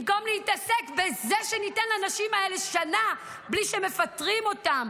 במקום להתעסק בזה שניתן לנשים האלה שנה בלי שמפטרים אותן,